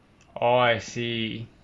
orh I see